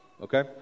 Okay